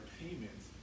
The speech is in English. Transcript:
payments